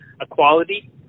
equality